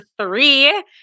three